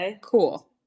cool